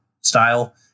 style